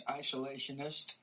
isolationist